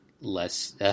less